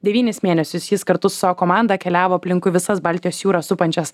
devynis mėnesius jis kartu su savo komanda keliavo aplinkui visas baltijos jūrą supančias